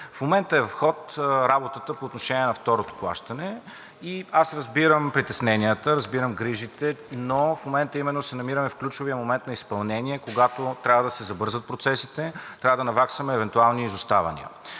В момента е в ход работата по отношение на второто плащане и аз разбирам притесненията, разбирам грижите, но в момента именно се намираме в ключовия момент на изпълнение, когато трябва да се забързат процесите, трябва да наваксаме евентуални изоставания.